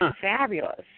fabulous